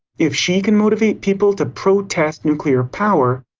if she can motivate people to protest nuclear power,